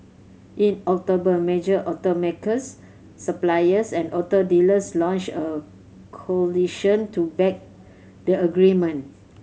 in October major automakers suppliers and auto dealers launched a coalition to back the agreement